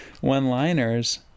one-liners